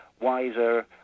wiser